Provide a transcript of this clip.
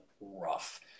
rough